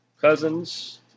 Cousins